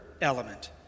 element